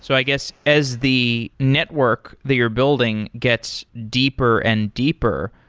so i guess, as the network that you're building gets deeper and deeper,